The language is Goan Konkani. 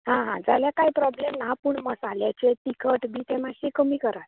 हां हां जाल्यार कांय प्रोबलेम ना पूण अशें मसाल्याचें तिखट बी तें मातशें कमी करात